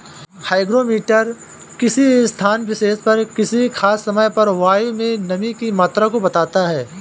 hygrometer किसी स्थान विशेष पर किसी खास समय पर वायु में नमी की मात्रा को बताता है